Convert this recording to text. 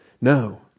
No